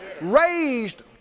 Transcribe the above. raised